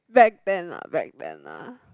back then lah back then lah